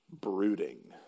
brooding